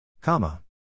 Comma